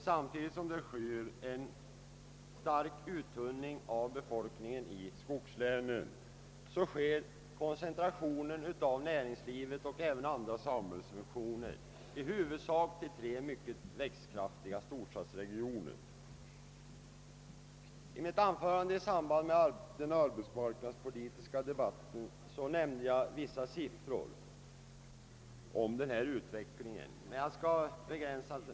Samtidigt med en uttunning av befolkningen i skogslänen sker en koncentration av näringslivet och även andra samhällsfunktioner till i huvudsak tre mycket växtkraftiga storstadsregioner. I mitt inlägg i den arbetsmarknads politiska debatten - anförde jag vissa siffror för att belysa denna utveckling. Jag skall nu begränsa.